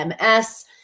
MS